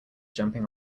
jumping